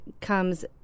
comes